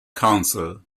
council